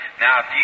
Now